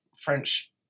French